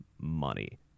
money